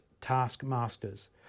taskmasters